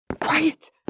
Quiet